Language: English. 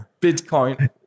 Bitcoin